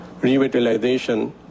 revitalization